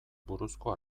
buruzko